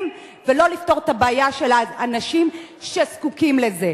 ולא לפתור את הבעיה של אנשים שזקוקים לזה,